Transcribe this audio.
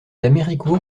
héricourt